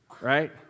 Right